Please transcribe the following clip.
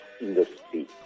industry